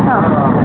ಹಾಂ